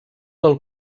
del